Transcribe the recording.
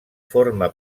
forma